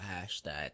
hashtag